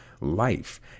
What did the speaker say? life